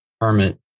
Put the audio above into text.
Hermit